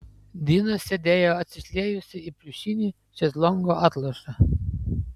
dina sėdėjo atsišliejusi į pliušinį šezlongo atlošą